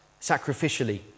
sacrificially